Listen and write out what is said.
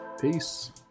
peace